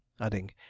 adding